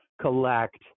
collect